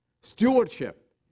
stewardship